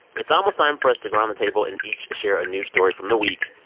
it's almost time for us to go around the table and each share a news story from the week.